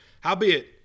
Howbeit